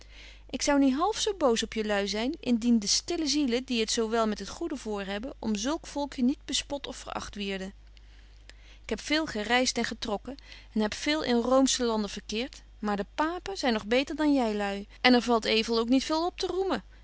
ik zou niet half zo boos op jelui zyn indien de stille zielen die het zo wel met het goede voor hebben om zulk volkje niet bespot of veracht wierden ik heb veel gereist en getrokken en heb veel in roomsche landen verkeert maar de papen zyn nog beter dan jy lui en er valt evel ook niet veel op te roemen